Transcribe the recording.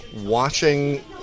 watching